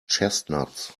chestnuts